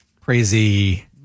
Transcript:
Crazy